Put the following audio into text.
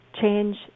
change